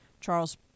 Charles